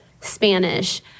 Spanish